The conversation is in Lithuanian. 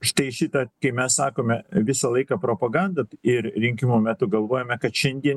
štai šitą kai mes sakome visą laiką propaganda ir rinkimų metu galvojame kad šiandien